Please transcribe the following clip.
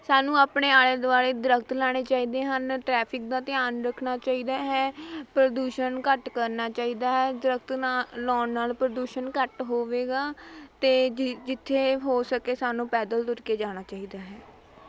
ਸਾਨੂੰ ਆਪਣੇ ਆਲ਼ੇ ਦੁਆਲ਼ੇ ਦਰੱਖਤ ਲਾਉਣੇ ਚਾਹੀਦੇ ਹਨ ਟ੍ਰੈਫਿਕ ਦਾ ਧਿਆਨ ਰੱਖਣਾ ਚਾਹੀਦਾ ਹੈ ਪ੍ਰਦੂਸ਼ਣ ਘੱਟ ਕਰਨਾ ਚਾਹੀਦਾ ਹੈ ਦਰੱਖਤ ਨਾ ਲਾਉਣ ਨਾਲ ਪ੍ਰਦੂਸ਼ਣ ਘੱਟ ਹੋਵੇਗਾ ਅਤੇ ਜਿ ਜਿੱਥੇ ਹੋ ਸਕੇ ਸਾਨੂੰ ਪੈਦਲ ਤੁਰ ਕੇ ਜਾਣਾ ਚਾਹੀਦਾ ਹੈ